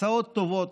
הצעות טובות,